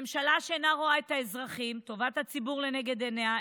ממשלה שאינה רואה את האזרחים וטובת הציבור לנגד עיניה,